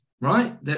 right